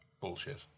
bullshit